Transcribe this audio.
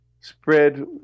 spread